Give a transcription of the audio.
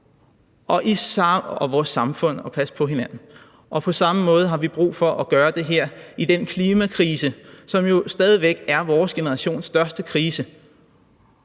og vores samfund og passe på hinanden. Og på samme måde har vi brug for at gøre det i forbindelse med den klimakrise, som jo stadig væk er vores generations største krise,